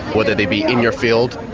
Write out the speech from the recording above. whether they be in your field,